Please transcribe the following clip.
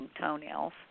toenails